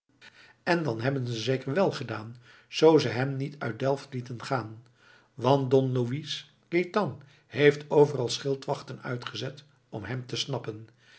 en dan hebben ze zeker wèl gedaan zoo ze hem niet uit delft lieten gaan want don louis gaëtan heeft overal schildwachten uitgezet om hem te snappen